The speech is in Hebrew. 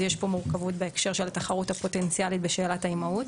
אז יש פה מורכבות בהקשר של התחרות הפוטנציאלית בשאלת האימהות.